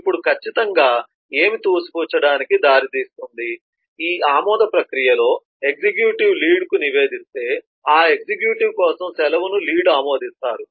ఇప్పుడు ఖచ్చితంగా ఏమి తోసిపుచ్చడానికి దారితీస్తుంది ఈ ఆమోద ప్రక్రియలో ఎగ్జిక్యూటివ్ లీడ్కు నివేదిస్తే ఆ ఎగ్జిక్యూటివ్ కోసం సెలవును లీడ్ ఆమోదిస్తారు